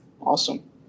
Awesome